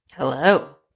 Hello